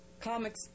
comics